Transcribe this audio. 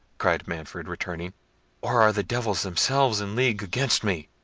cried manfred, returning or are the devils themselves in league against me?